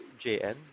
JN